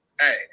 Hey